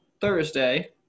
Thursday